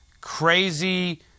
crazy